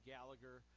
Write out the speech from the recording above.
Gallagher